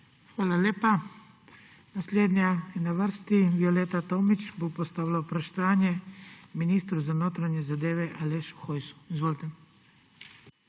Hvala lepa. Naslednja je na vrsti Violeta Tomić, ki bo postavila vprašanje ministru za notranje zadeve Alešu Hojsu. Izvolite.